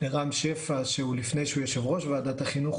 לרם שפע שלפני שהוא יושב-ראש ועדת החינוך,